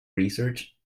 research